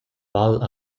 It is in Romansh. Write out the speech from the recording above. val